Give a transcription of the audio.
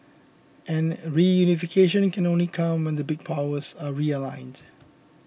and reunification can only come when the big powers are realigned